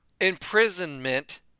imprisonment